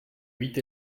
huit